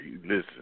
listen